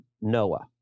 Noah